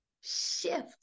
shift